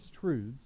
truths